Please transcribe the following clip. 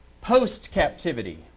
post-captivity